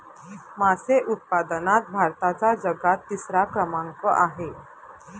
मासे उत्पादनात भारताचा जगात तिसरा क्रमांक आहे